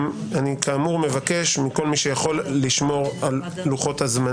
כאמור אני מבקש מכל מי שיכול לשמור על לוחות-הזמנים,